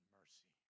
mercy